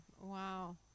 wow